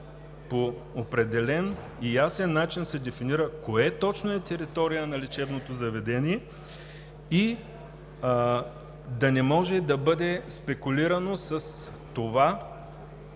по определен и ясен начин се дефинира кое точно е територия на лечебното заведение и да не може да бъде спекулирано с това